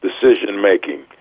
decision-making